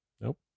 Nope